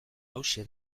hauxe